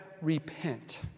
repent